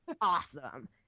awesome